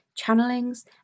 channelings